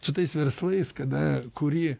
su tais verslais kada kuri